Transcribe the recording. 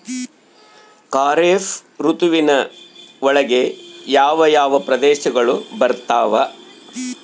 ಖಾರೇಫ್ ಋತುವಿನ ಒಳಗೆ ಯಾವ ಯಾವ ಪ್ರದೇಶಗಳು ಬರ್ತಾವ?